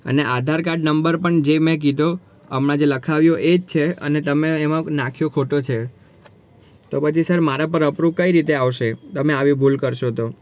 અને Aadhaar card number પણ જે મેં કીધો હમણાં જે લખાવ્યો એ જ છે અને તમે એમાં નાખ્યો ખોટો છે તો પછી સર મારા પર અપ્રૂવ કઈ રીતે આવશે તમે આવી ભૂલ કરશો તો